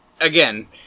again